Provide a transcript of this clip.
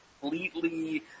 completely